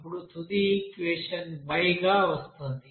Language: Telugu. ఇప్పుడు తుది ఈక్వెషన్ y గా వస్తోంది